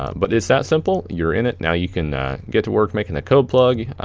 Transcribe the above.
but it's that simple. you're in it, now you can get to work making a code plug,